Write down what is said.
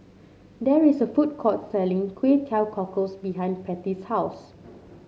there is a food court selling Kway Teow Cockles behind Pattie's house